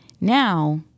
now